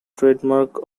trademark